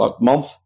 month